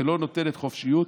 ולא נותנת חופשיות,